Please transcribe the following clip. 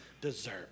deserve